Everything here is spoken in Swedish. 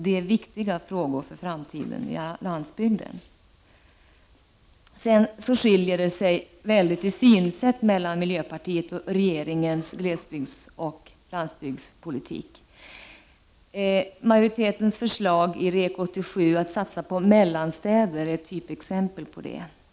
Detta är viktiga frågor för landsbygdens framtid. Det är stora skillnader mellan miljöpartiets och regeringens glesbygdsoch landsbygdspolitik. Majoritetens förslag i REK 87 att satsa på mellanstäder är ett typexempel på detta.